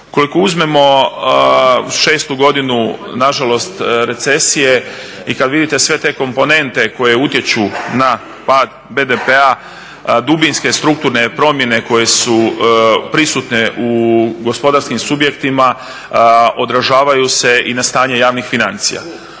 Ukoliko uzmemo 6.godinu nažalost recesije i kada vidite sve te komponente koje utječu na pad BDP-a, dubinske strukturne promjene koje su prisutne u gospodarskim subjektima odražavaju se i na stanje javnih financija.